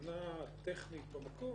תחנה טכנית במקום,